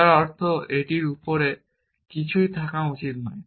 যার অর্থ এটির উপরে কিছুই থাকা উচিত নয়